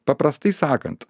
paprastai sakant